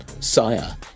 Sire